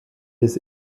des